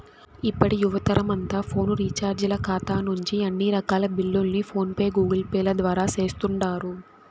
ఇప్పటి యువతరమంతా ఫోను రీచార్జీల కాతా నుంచి అన్ని రకాల బిల్లుల్ని ఫోన్ పే, గూగుల్పేల ద్వారా సేస్తుండారు